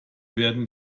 werden